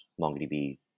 MongoDB